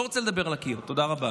תודה רבה.